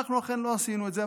ואנחנו אכן לא עשינו את זה.